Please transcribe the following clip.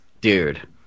Dude